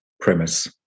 premise